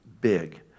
big